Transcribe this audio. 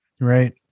Right